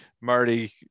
Marty